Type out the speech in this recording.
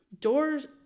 doors